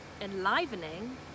enlivening